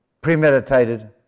premeditated